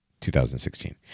2016